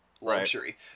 luxury